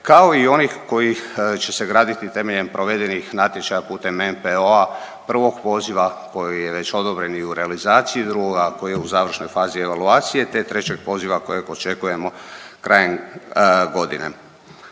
kao i onih koji će se graditi temeljem provedenih natječaja putem NPO-a prvog poziva koji je već odobren i u realizaciji, drugoga koji je u završnoj fazi evaluacije, te trećeg poziva kojeg očekujemo krajem godine.